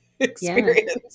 experience